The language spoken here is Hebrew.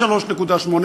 3.8,